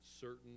certain